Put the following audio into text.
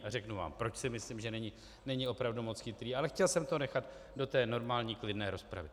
A řeknu vám, proč si myslím, že není opravdu moc chytrý, ale chtěl jsem to nechat do té normální klidné rozpravy.